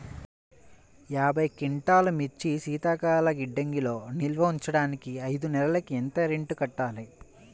యాభై క్వింటాల్లు మిర్చి శీతల గిడ్డంగిలో నిల్వ ఉంచటానికి ఐదు నెలలకి ఎంత రెంట్ కట్టాలి?